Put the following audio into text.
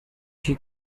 she